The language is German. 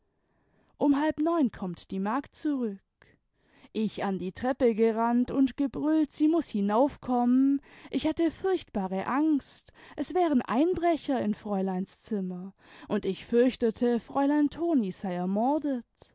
um halb neim kommt die magd zurück ich an die treppe gerannt und gebrüllt sie muß hinaufkommen ich hätte furchtbare angst es wären einbrecher in fräuleins zinuner und ich fürchtete fräulein toni sei ermordet